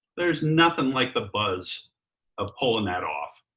there's nothing like the buzz of pulling that off.